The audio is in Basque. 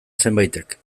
zenbaitek